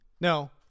No